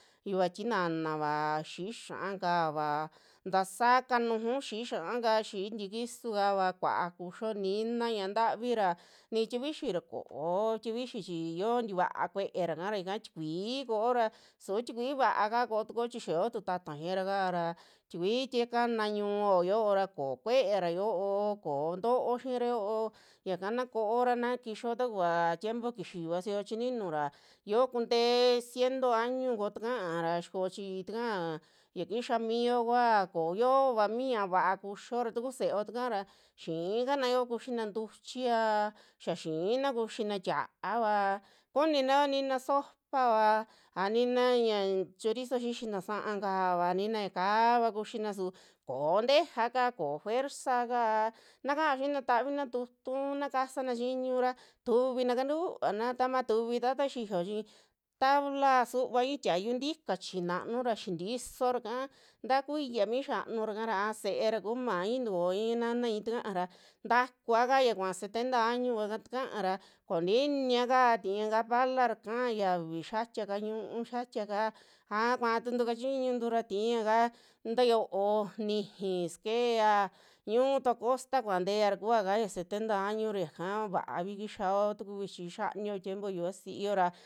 Yuva tinanava, xi'i xia'a kava tasa ka nunju xi'i xia'a kaa, xi'i ntikisu kaava kua kuxio nina ñaa ntavi ra ni tikuixi ra ko'o tikuixi chi yio tikua kue'era kara yaka tikui koo ra, subi tikui vaa kaa ko'o tukuo chi xa yoo tu tatara xiiraka ra, tikui tie kana ñuo xio ra kuo kuera xio'o, koo ntoo xiira yoo yaka na ko'ora na kixao ta kuva tiempo kisi yuvasio chininu ra yo kuntee ciento año kuo takara xiko chi taka ya kixa mio kua kooyo yoa mi ñaa va'a kuxio ra taku seeo taka ra xiikanao kuxina ntuchia, xaa xiina kuxina tia'ava kunina yoo nina sopava a nina ya chorizo xixina sa'aka, nina ya kaava kuxina suu koo ntejea ka, koo fuerzaka na kaao xina tavina tutu, na kasana chiñu ra tuvina kantuana tama tuvi tataxiyo chi, tabala suva ii tiayu tika chinanu ra xintisoraka ta kuiya mi xanura kara a seera ku maii tukoia nanai takara ntakuaka ya kua'a setenta año kua kaa takara konti iniaka tiña kaa palara kaa xiavi xiatiaka ñu'u, xiatia kaa a kua tuntu kachintura tiaka ntayoo nixi sakea ñuutua kosta kua ntea ra kuaka ya setenta año yaka vavii kixao taku vichi xianio tiempo yuvasio ra.